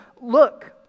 look